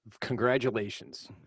Congratulations